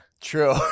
True